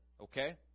Okay